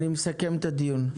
אני מסכם את הדיון.